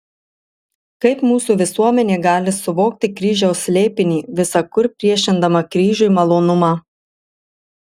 kaip mūsų visuomenė gali suvokti kryžiaus slėpinį visa kur priešindama kryžiui malonumą